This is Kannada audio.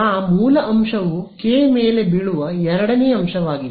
ಆ ಮೂಲ ಅಂಶವು ಕೆ ಮೇಲೆ ಬೀಳುವ ಎರಡನೇ ಅಂಶವಾಗಿದೆ